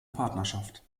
partnerschaft